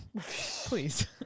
Please